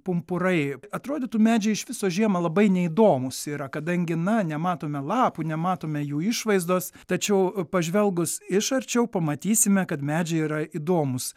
pumpurai atrodytų medžiai iš viso žiemą labai neįdomūs yra kadangi na nematome lapų nematome jų išvaizdos tačiau pažvelgus iš arčiau pamatysime kad medžiai yra įdomūs